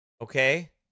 Okay